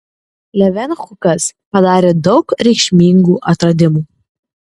levenhukas padarė daug reikšmingų atradimų